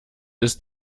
ist